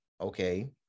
okay